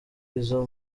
izo